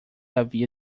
havia